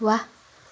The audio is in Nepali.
वाह